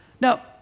Now